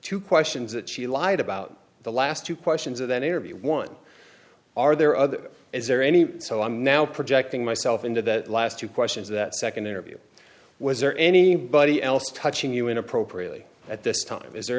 two questions that she lied about the last two questions of that interview one are there other is there any so i'm now projecting myself into that last two questions that second interview was there any body else touching you in appropriately at this time is there